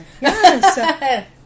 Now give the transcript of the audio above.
Yes